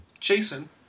Jason